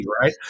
right